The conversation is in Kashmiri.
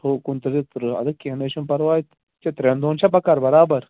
اَٹھوُہ کُنتٕرٛہ تہٕ تٕرٛہ اَدٕ حظ کیٚنٛہہ نہَ حظ چھُنہٕ پَرواے یہِ چھا ترٛٮ۪ن دۄہَن چھا بکار برابر